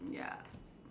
ya